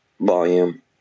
volume